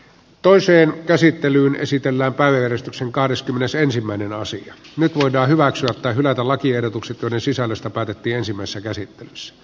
toiseen käsittelyyn esitellä päälleen kahdeskymmenesensimmäinen asia nyt voidaan hyväksyä tai hylätä lakiehdotukset joiden sisällöstä päätettiin ensimmäisessä käsittelyssä